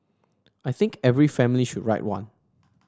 I think every family should write one